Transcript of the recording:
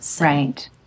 Right